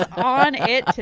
ah on it